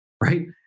right